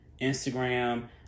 Instagram